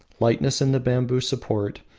lightness in the bamboo support,